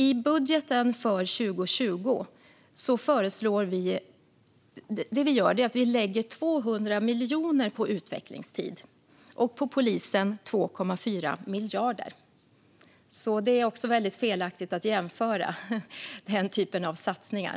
I budgeten för 2020 lägger vi 200 miljoner på utvecklingstid och 2,4 miljarder på polisen. Det är felaktigt att jämföra den typen av satsningar.